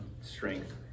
strength